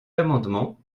l’amendement